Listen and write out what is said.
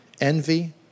envy